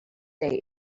day